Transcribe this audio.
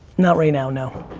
not right now, no.